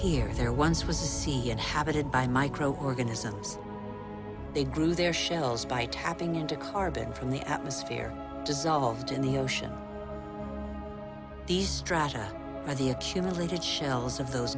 here there once was see it have it had by microorganisms they grew their shells by tapping into carbon from the atmosphere dissolved in the ocean the strata of the accumulated shells of those